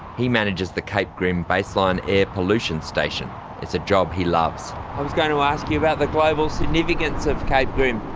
he manages the cape grim baseline air pollution station, and it's a job he loves. i was going to ask you about the global significance of cape grim.